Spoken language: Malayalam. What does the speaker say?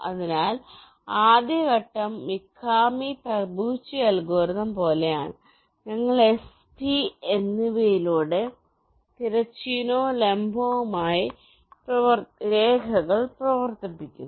അതിനാൽ ആദ്യ ഘട്ടം Mikami Tabuchi അൽഗോരിതം പോലെയാണ് ഞങ്ങൾ S T എന്നിവയിലൂടെ തിരശ്ചീനവും ലംബവുമായ രേഖകൾ പ്രവർത്തിപ്പിക്കുന്നു